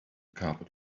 carpet